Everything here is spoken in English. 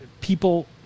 people